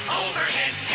overhead